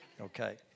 Okay